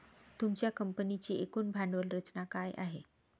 तुमच्या कंपनीची एकूण भांडवल रचना काय आहे?